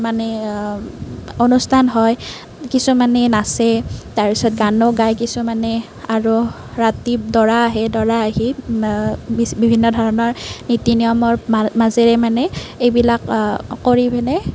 মানে অনুষ্ঠান হয় কিছুমানে নাচে তাৰ পিছত গানো গায় কিছুমানে আৰু ৰাতি দৰা আহে দৰা আহি বিছি ভিভিন্ন ধৰণৰ নীতি নিয়মৰ মা মাজেৰে মানে এইবিলাক কৰি পিনে